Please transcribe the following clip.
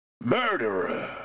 Murderer